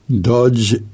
dodge